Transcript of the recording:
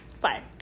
Bye